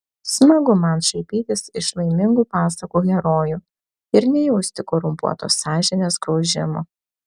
smagu man šaipytis iš laimingų pasakų herojų ir nejausti korumpuotos sąžinės graužimo